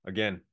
Again